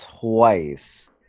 TWICE